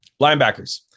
linebackers